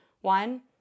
One